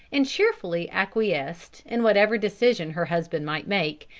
and cheerfully acquiesced in whatever decision her husband might make,